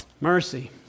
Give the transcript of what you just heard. Mercy